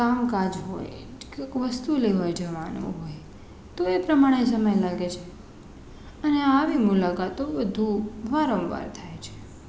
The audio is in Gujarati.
કામ કાજ હોય કોઈક વસ્તુ લેવાં જવાનું હોય તો એ પ્રમાણે સમય લાગે છે અને આવી મુલાકાતો વધું વાંરવાર થાય છે